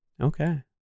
Okay